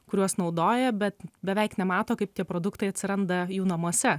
kuriuos naudoja bet beveik nemato kaip tie produktai atsiranda jų namuose